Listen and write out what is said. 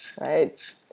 Right